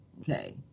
okay